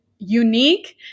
unique